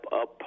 up